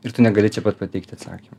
ir tu negali čia pat pateikti atsakymo